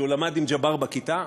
שהוא למד עם ג'באר בכיתה.